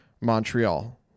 Montreal